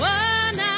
one